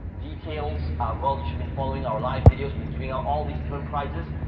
details well you should've been following our live videos, we're giving out all these different prizes,